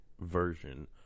version